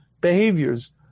behaviors